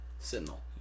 Sentinel